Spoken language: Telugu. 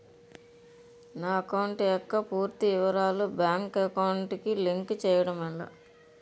నా అకౌంట్ యెక్క పూర్తి వివరాలు బ్యాంక్ అకౌంట్ కి లింక్ చేయడం ఎలా?